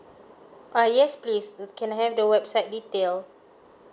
uh yes please can I have the website detail